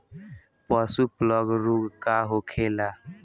पशु प्लग रोग का होखेला?